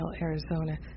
Arizona